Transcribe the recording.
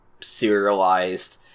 serialized